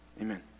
Amen